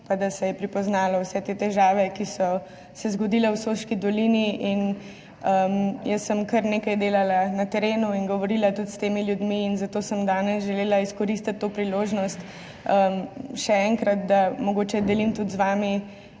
pa da se je pripoznalo vse te težave, ki so se zgodile v Soški dolini. Jaz sem kar nekaj delala na terenu in govorila tudi s temi ljudmi, zato sem danes želela izkoristiti to priložnost še enkrat, da mogoče delim tudi z vami